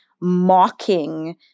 mocking